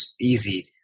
easy